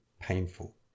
painful